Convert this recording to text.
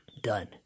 done